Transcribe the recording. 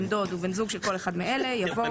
בן דוד ובן זוג של כל אחד מאלה," יבוא